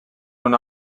una